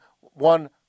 one